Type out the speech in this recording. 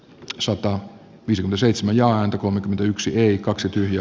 pitkäsoitto vision seitsemän ja anti kolmekymmentäyksi vei kaksi tyhjiö